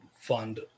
fund